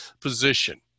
position